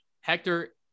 Hector